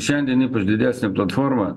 šiandien ypač didesnė platforma